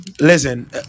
listen